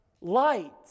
light